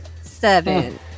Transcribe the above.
Seven